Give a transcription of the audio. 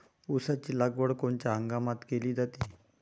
ऊसाची लागवड कोनच्या हंगामात केली जाते?